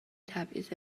تبعیض